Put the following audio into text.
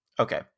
Okay